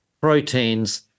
proteins